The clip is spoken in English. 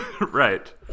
right